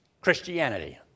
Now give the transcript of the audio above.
Christianity